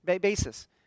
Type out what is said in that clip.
basis